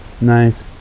Nice